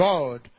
God